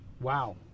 Wow